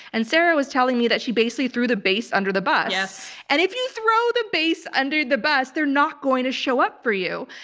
and sarah was telling me that she basically threw the base under the bus. yes. and if you throw the base under the bus they're not going to show up for you.